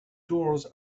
doors